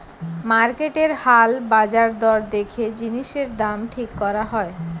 মার্কেটের হাল বাজার দর দেখে জিনিসের দাম ঠিক করা হয়